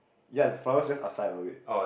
ya flowers just outside of it